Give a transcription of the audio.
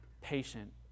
patient